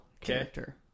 character